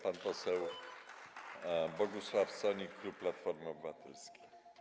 Pan poseł Bogusław Sonik, klub Platformy Obywatelskiej.